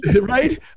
right